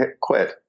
quit